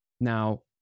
Now